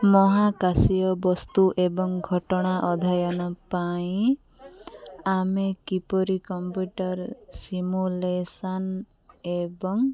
ମହାକାଶୀୟ ବସ୍ତୁ ଏବଂ ଘଟଣା ଅଧ୍ୟୟନ ପାଇଁ ଆମେ କିପରି କମ୍ପ୍ୟୁଟର ସିମୁଲେସନ୍ ଏବଂ